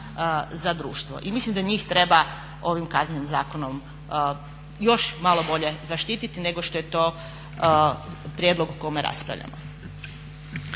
za društvo. I mislim da njih treba ovim kaznenim zakonom još malo bolje zaštiti nego što je to prijedlog o kome raspravljamo.